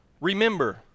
remember